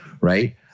right